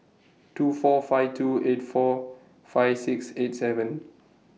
two four five two eight four five six eight seven